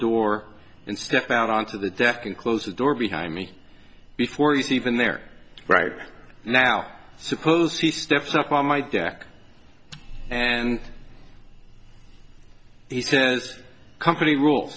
door and step out onto the deck and close the door behind me before he's even there right now suppose he steps up on my deck and he says company rule